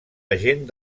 agent